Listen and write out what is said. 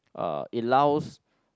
uh it allows